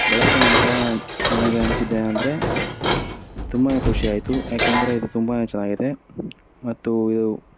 ಬಳಕೆ ನಂತರ ನನಗೆ ಅನಿಸಿದ್ದೇನಂದ್ರೆ ತುಂಬಾ ಖುಷಿ ಆಯಿತು ಯಾಕೆಂದರೆ ಇದು ತುಂಬಾ ಚೆನ್ನಾಗಿದೆ ಮತ್ತು ಇದು